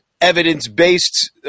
evidence-based